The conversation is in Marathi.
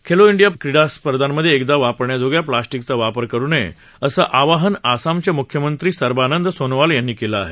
खेलो इंडिया य्वा क्रीडा स्पर्धामधे एकदा वापरण्याजोग्या प्लॅस्पिकचा वापर करू नये असं आवाहन आसामचे म्ख्यमंत्री सर्बानंद सोनोवाल यांनी केलं आहे